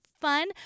fun